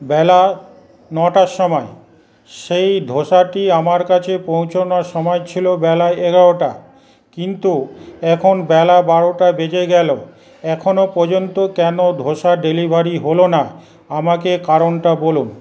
বেলা নটার সময়ে সেই ধোসাটি আমার কাছে পৌঁছোনোর সময় ছিলো বেলা এগারোটা কিন্তু এখন বেলা বারোটা বেজে গেল এখনও পর্যন্ত কেনো ধোসা ডেলিভারি হলো না আমাকে কারণটা বলুন